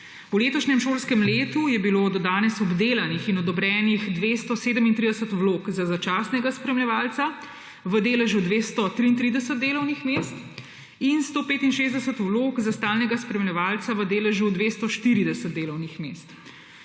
V letošnjem šolskem letu je bilo do danes obdelanih in odobrenih 237 vlog za začasnega spremljevalca v deležu 233 delovnih mest in 165 vlog za stalnega spremljevalca v deležu 240 delovnih mest.